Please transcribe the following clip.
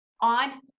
on